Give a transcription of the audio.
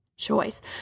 choice